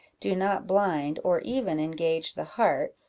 do not blind, or even engage the heart,